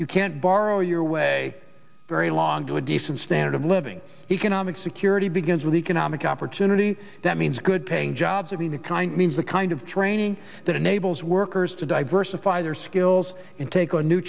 you can't borrow your way very long to a decent standard of living economic security begins with economic opportunity that means good paying jobs of any kind means the kind of training that enables workers to diversify their skills and take on new